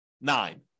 nine